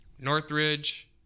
Northridge